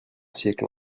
siècle